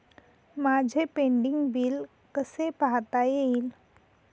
माझे pending bill कसे पाहता येईल?